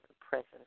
presence